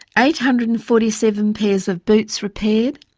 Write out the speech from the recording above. eight hundred and forty seven pairs of boots repaired,